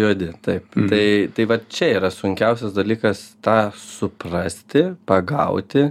juodi taip tai tai va čia yra sunkiausias dalykas tą suprasti pagauti